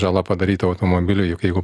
žala padaryta automobiliui juk jeigu